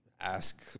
Ask